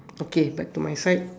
okay back to my side